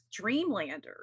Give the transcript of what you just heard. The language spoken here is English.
dreamlanders